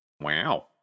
Wow